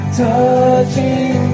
touching